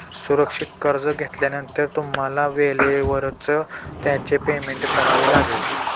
सुरक्षित कर्ज घेतल्यानंतर तुम्हाला वेळेवरच त्याचे पेमेंट करावे लागेल